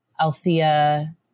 Althea